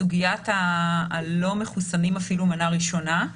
אני אתחיל מסוגיית הלא מחוסנים אפילו מנה ראשונה,